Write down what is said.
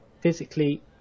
Physically